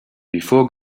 before